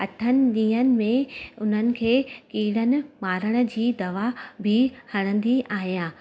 अठनि ॾींहंनि में उन्हनि खे कीड़नि मारण जी दवा बि हणंदी आहियां